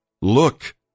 Look